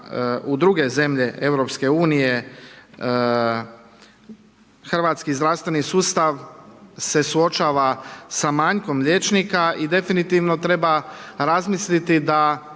u druge zemlje EU Hrvatski zdravstveni sustav se suočava sa manjkom liječnika i definitivno treba razmisliti da